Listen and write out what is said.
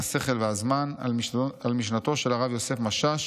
השכל והזמן" על משנתו של הרב יוסף משאש,